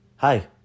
hi